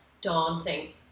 daunting